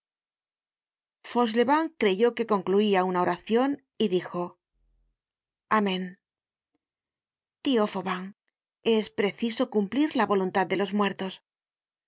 fauchelevent creyó que concluía una oracion y dijo amen tío fauvent es preciso cumplir la voluntad de los muertos la